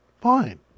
Fine